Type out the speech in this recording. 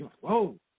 whoa